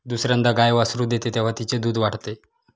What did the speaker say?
दुसर्यांदा गाय वासरू देते तेव्हा तिचे दूध वाढते